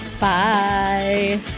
bye